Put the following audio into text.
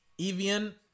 Evian